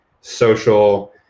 social